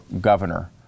governor